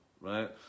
right